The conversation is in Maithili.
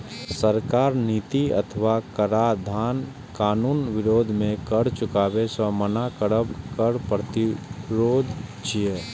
सरकारक नीति अथवा कराधान कानूनक विरोध मे कर चुकाबै सं मना करब कर प्रतिरोध छियै